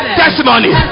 testimony